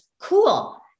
Cool